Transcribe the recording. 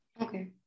Okay